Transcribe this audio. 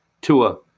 Tua